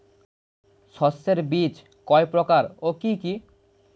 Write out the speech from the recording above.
শস্যের বীজ কয় প্রকার ও কি কি?